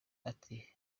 ati